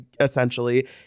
Essentially